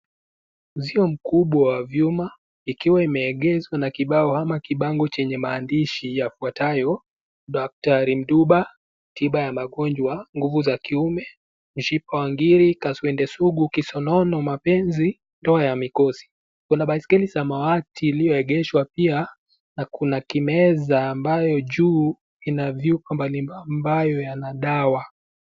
Zio mkubwa wa vyuma ikiwa imeegeshwa kwenye kibao ama kibango chenye maandishi yafuatayo, Daktari Nduba, Tiba ya magonjwa, nguvu za kiume, mshipa wa ngiri, kaswende sugu, kisonono, mapenzi , toa ya mikosi. Kuna baiskeli samawati iliyoegeshwa pia, na kuna kimeza ambayo juu ina vyupa mbalimbali ambayo yana dawa.